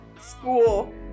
school